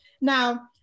now